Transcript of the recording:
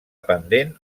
pendent